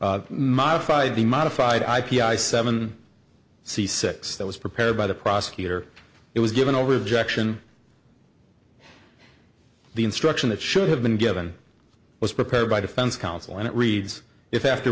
brief modified the modified i p i seven c six that was prepared by the prosecutor it was given over objection the instruction that should have been given was prepared by defense counsel and it reads if after